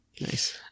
Nice